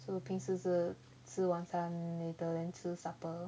so 我平时是吃晚餐 later then 吃 supper